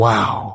Wow